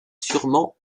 sûrement